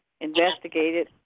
investigated